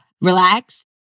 relax